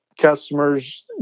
customers